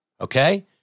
Okay